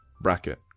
Bracket